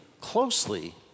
closely